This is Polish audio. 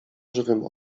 żywym